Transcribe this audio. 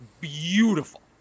beautiful